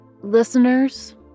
Listeners